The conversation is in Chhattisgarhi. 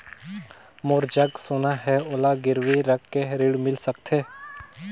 मोर जग सोना है ओला गिरवी रख के ऋण मिल सकथे?